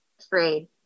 afraid